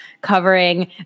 covering